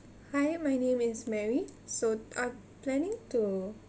hi my name is mary so I'm planning to